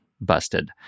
busted